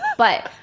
but,